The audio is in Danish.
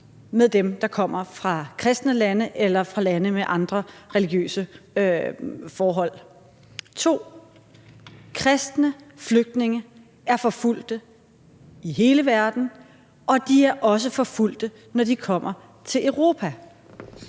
med dem, der kommer fra kristne lande eller fra lande med andre religiøse forhold, og 2) kristne flygtninge er forfulgte i hele verden, og de er også forfulgte, når de kommer til Europa.